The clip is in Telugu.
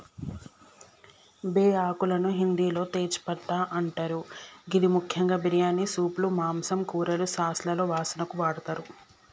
బేఆకులను హిందిలో తేజ్ పట్టా అంటరు గిది ముఖ్యంగా బిర్యానీ, సూప్లు, మాంసం, కూరలు, సాస్లలో వాసనకు వాడతరు